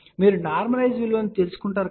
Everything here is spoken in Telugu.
కాబట్టి మీరు నార్మలైస్ విలువను తెలుసుకుంటారు